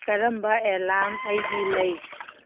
ꯀꯔꯝꯕ ꯑꯦꯂꯥꯔꯝ ꯑꯩꯒꯤ ꯂꯩ